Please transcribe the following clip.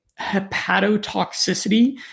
hepatotoxicity